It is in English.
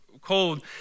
cold